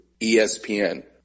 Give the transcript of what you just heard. ESPN